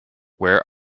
where